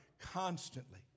constantly